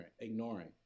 ignoring